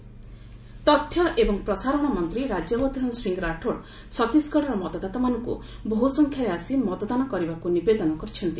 Rathore vote appeal ତଥ୍ୟ ଏବଂ ପ୍ରସାରଣ ମନ୍ତ୍ରୀ ରାଜ୍ୟବର୍ଦ୍ଧନ ସିଂ ରାଥୋଡ୍ ଛତିଶଗଡ଼ର ମତଦାତାମାନଙ୍କୁ ବହୁ ସଂଖ୍ୟାରେ ଆସି ମତଦାନ କରିବାକୁ ନିବେଦନ କରିଛନ୍ତି